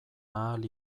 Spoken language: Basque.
ahal